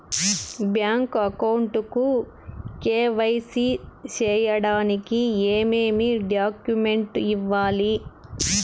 Bank account కు KYC సేయడానికి ఏమేమి డాక్యుమెంట్ ఇవ్వాలి?